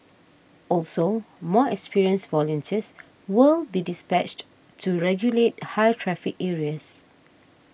also more experienced volunteers will be dispatched to regulate high traffic areas